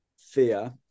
fear